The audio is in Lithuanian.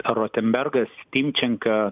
rozenbergas tiščenka